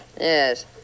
Yes